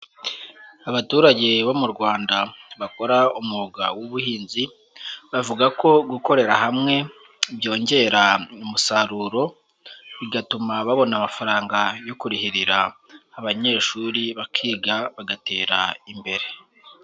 Abaturage bo mu Rwanda, bakora umwuga w'ubuhinzi. Bavuga ko gukorera hamwe, byongera umusaruro. Bigatuma babona amafaranga yo kurihirira abanyeshuri, bakiga bagatera imbere.